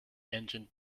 engine